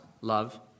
love